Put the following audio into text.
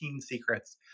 secrets